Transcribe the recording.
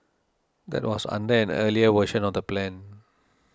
that was under an earlier version of the plan